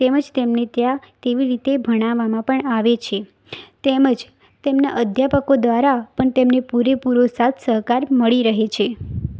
તેમજ તેમને ત્યાં તેવી રીતે ભણાવવામાં પણ આવે છે તેમજ તેમના અધ્યાપકો દ્વારા પણ તેમને પૂરેપૂરો સાથ સહકાર મળી રહે છે